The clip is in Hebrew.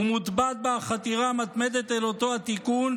ומוטבעת בה החתירה המתמדת אל אותו התיקון,